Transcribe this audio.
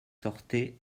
sortait